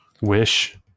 wish